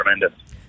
tremendous